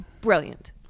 brilliant